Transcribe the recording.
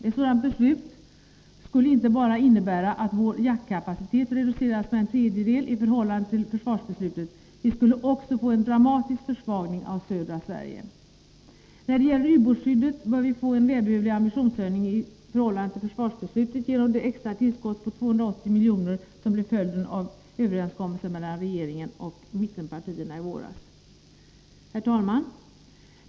Ett sådant beslut skulle inte bara innebära att vår jaktkapacitet reduceras med en tredjedel i förhållande till försvarsbeslutet. Vi skulle också få en dramatisk minskning av försvarsförmågan i södra Sverige. När de gäller ubåtskyddet bör vi få en välbehövlig ambitionshöjning i blev följden av överenskommelsen mellan regeringen och mittenpartierna i våras. Herr talman!